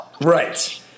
Right